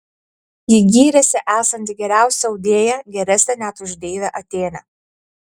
ji gyrėsi esanti geriausia audėja geresnė net už deivę atėnę